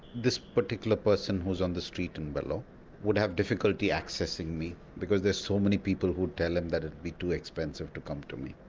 this particular person who is on the street in vellore would have difficulty accessing me because there are so many people who tell them that it would be too expensive to come to me.